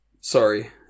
Sorry